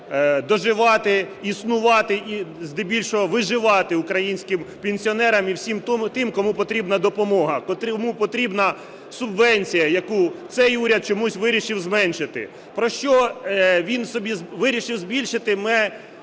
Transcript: доживати, існувати і здебільшого виживати українським пенсіонерам і всім тим, кому потрібна допомога, кому потрібна субвенція, яку цей уряд чомусь вирішив зменшити. Про що… він собі вирішив збільшити, ми